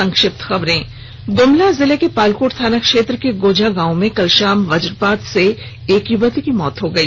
संक्षिप्त खबरें ग्मला जिले के पालकोट थाना क्षेत्र के गोजा गांव में कल शाम वज्रपात से एक युवती की मौत हो गई